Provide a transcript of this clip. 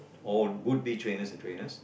or would be trainers and trainers